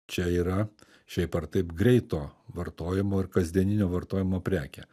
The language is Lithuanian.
čia yra šiaip ar taip greito vartojimo ir kasdieninio vartojimo prekė